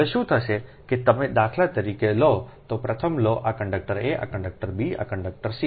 હવે શું થશે કે તમે દાખલા તરીકે લો તમે પ્રથમ લો આ કંડક્ટર a આ કંડક્ટર b છે કંડક્ટર c